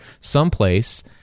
someplace